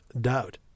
doubt